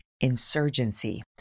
Insurgency